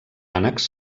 ànecs